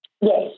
Yes